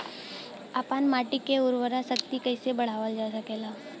आपन माटी क उर्वरा शक्ति कइसे बढ़ावल जा सकेला?